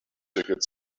ticket